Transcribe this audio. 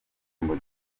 humble